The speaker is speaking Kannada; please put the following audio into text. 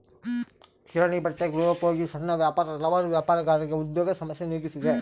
ಕಿರಾಣಿ ಬಟ್ಟೆ ಗೃಹೋಪಯೋಗಿ ಸಣ್ಣ ವ್ಯಾಪಾರ ಹಲವಾರು ವ್ಯಾಪಾರಗಾರರಿಗೆ ಉದ್ಯೋಗ ಸಮಸ್ಯೆ ನೀಗಿಸಿದೆ